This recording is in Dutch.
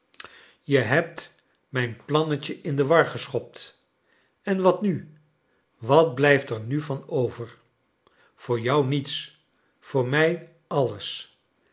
je hebt mijn plannetje in de war geschopt en wat nu wat blijft er nu van over voor jou niets voor m ij alles